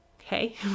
okay